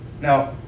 Now